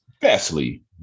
Vastly